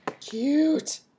Cute